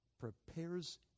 prepares